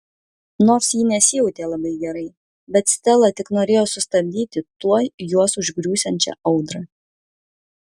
nors ji nesijautė labai gerai bet stela tik norėjo sustabdyti tuoj juos užgriūsiančią audrą